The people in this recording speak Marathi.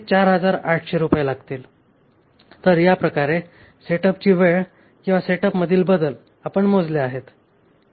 तर ह्याप्रकारे सेटअपची वेळ किंवा सेटअपमधील बदल हे आपण मोजले आहे